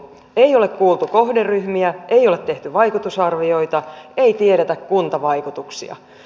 ei ole kuultu kohderyhmiä ei ole tehty vaikutusarvioita ei tiedetä kuntavaikutuksia